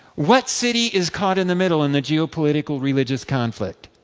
what city is caught in the middle in the geopolitical religious conflict?